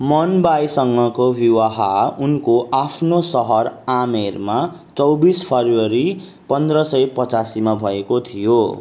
मन बाईसँगको विवाह उनको आफ्नो सहर आमेरमा चौबिस फरिवरी पन्ध्र सय पचासीमा भएको थियो